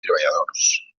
treballadors